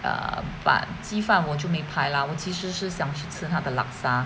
err but 鸡饭我就没排啦我其实是想去吃他的 laksa